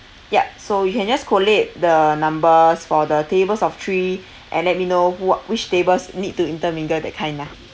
yup so you can just collate the numbers for the tables of three and let me know what which tables need to intermingle that kind ah